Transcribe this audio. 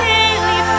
Daily